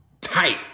tight